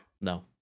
No